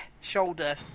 shoulder